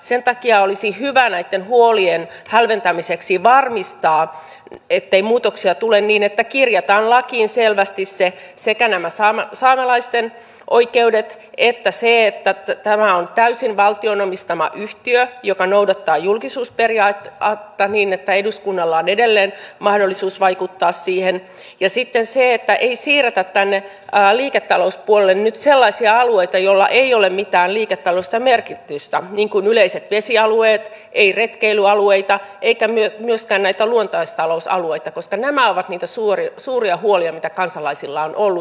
sen takia olisi hyvä näitten huolien hälventämiseksi varmistaa ettei muutoksia tule että kirjataan lakiin selvästi sekä nämä saamelaisten oikeudet että se että tämä on täysin valtion omistama yhtiö joka noudattaa julkisuusperiaatetta niin että eduskunnalla on edelleen mahdollisuus vaikuttaa siihen ja sitten se että ei siirretä tänne liiketalouspuolelle nyt sellaisia alueita joilla ei ole mitään liiketaloudellista merkitystä niin kuin yleiset vesialueet ei retkeilyalueita eikä myöskään näitä luontaistalousalueita koska nämä ovat niitä suuria huolia mitä kansalaisilla on ollut